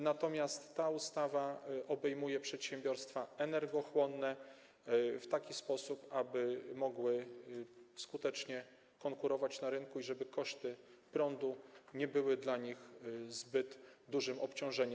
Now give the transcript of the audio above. Natomiast ta ustawa obejmuje przedsiębiorstwa energochłonne w taki sposób, aby mogły skutecznie konkurować na rynku i żeby koszty prądu nie były dla nich zbyt dużym obciążeniem.